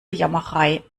jammerei